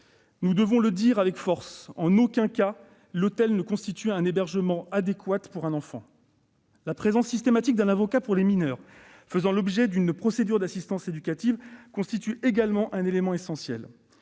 Nous devons le dire avec force : en aucun cas, l'hôtel ne constitue un hébergement adéquat pour un enfant. La présence systématique d'un avocat pour les mineurs faisant l'objet d'une procédure d'assistance éducative constitue également un élément essentiel.